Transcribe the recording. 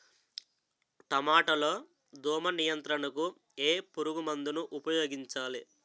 టమాటా లో దోమ నియంత్రణకు ఏ పురుగుమందును ఉపయోగించాలి?